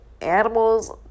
animals